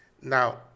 Now